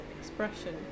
expression